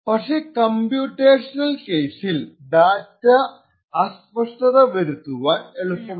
പക്ഷേ കമ്പ്യൂട്ടേഷനൽ കേസിൽ ഡാറ്റ അസ്പഷ്ടത വരുത്തുവാൻ എളുപ്പമല്ല